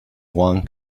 one